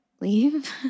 leave